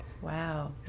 Wow